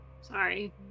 Sorry